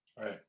right